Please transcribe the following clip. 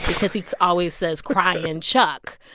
because he always says crying and chuck.